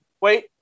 Wait